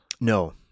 No